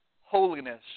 holiness